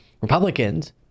Republicans